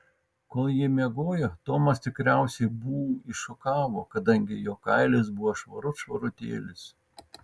kol ji miegojo tomas tikriausiai bū iššukavo kadangi jo kailis buvo švarut švarutėlis